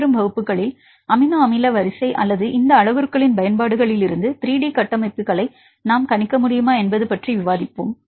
பின்வரும் வகுப்புகளில் அமினோ அமில வரிசை அல்லது இந்த அளவுருக்களின் பயன்பாடுகளிலிருந்து 3 டி கட்டமைப்புகளை நாம் கணிக்க முடியுமா என்பது பற்றி விவாதிப்போம்